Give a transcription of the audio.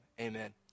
amen